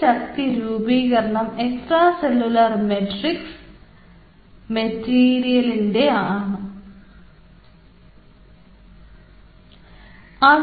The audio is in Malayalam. ഈ ശക്തി രൂപീകരണം എക്സ്ട്രാ സെല്ലുലാർ മെട്രിക്സ് മെറ്റീരിയൽextracellular matrix materials